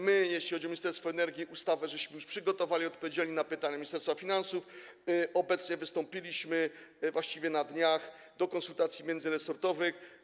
My, jeśli chodzi o Ministerstwo Energii, ustawę już przygotowaliśmy, odpowiedzieliśmy na pytania Ministerstwa Finansów, obecnie przystąpiliśmy - właściwie na dniach - do konsultacji międzyresortowych.